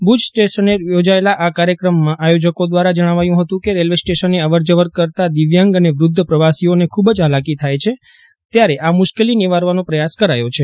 ભુજ સ્ટેશને યોજાયેલા કાર્યક્રમમાં આયોજકો દ્વારા જણાવાયું હતું કે રેલવે સ્ટેશને અવર જવર કરતા દિવ્યાંગ અને વૃદ્ધ પ્રવાસીઓને ખૂબ જ હાલાકી થાય છે ત્યારે આ મુશ્કેલી નિવારવાનો પ્રયાસ કરાયો છે